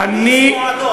באיזה מועדון?